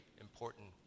important